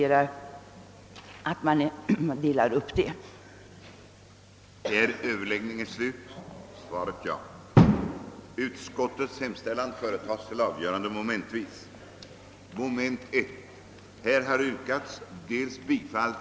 1) att i skrivelse till Kungl. Maj:t hemställa, att den nuvarande domkretsindelningen i Kalmar län inte ändrades innan statsmakterna tagit slut